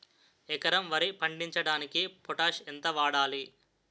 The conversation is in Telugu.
ఎకరం వరి పండించటానికి పొటాష్ ఎంత వాడాలి?